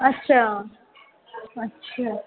अच्छा अच्छा